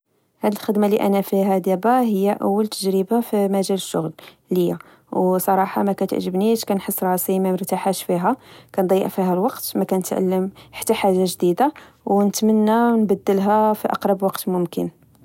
هاد الخدمة اللي أنا فيها دابا هي أول تجربة في مجال الشغل ليا، وصراحة ما كتعجبنيش. كنحس راسي ممرتحاش فيها، كنضيع فيها الوقت، مكنتعلم حتى حاجة جديدة ونتمنا نبدلها في أقرب وقت ممكن